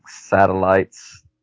satellites